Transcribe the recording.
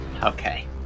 Okay